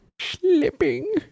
Slipping